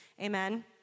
amen